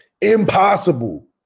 impossible